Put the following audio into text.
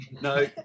no